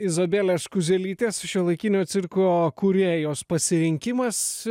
izabelėš kuzelytės šiuolaikinio cirko kūrėjos pasirinkimas